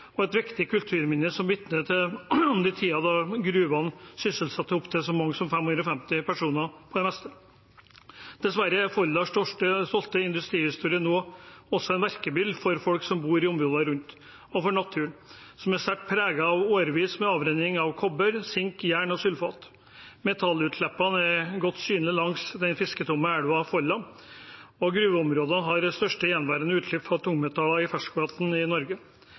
og et viktig kulturminne som vitner om den tiden da gruvene sysselsatte så mange som 550 personer på det meste. Dessverre er Folldals stolte industrihistorie nå også en verkebyll for folk som bor i områdene rundt, og for naturen, som er sterkt preget av årevis med avrenning av kobber, sink, jern og sulfat. Metallutslippene er godt synlige langs den fisketomme elva Folla, og gruveområdene har det største gjenværende utslippet av tungmetaller i ferskvann i Norge.